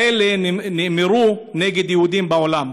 משפטים כאלה נאמרו נגד יהודים בעולם.